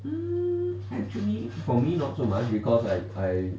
mm actually for me not so much because I I